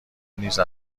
نیز